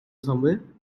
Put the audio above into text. somewhere